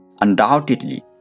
Undoubtedly